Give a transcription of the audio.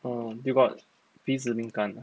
oh you got 鼻子敏感 ah